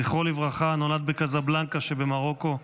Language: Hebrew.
זכרו לברכה, נולד בקזבלנקה שבמרוקו.